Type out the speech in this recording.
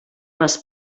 les